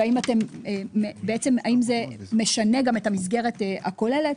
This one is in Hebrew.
והאם זה משנה את המסגרת הכוללת?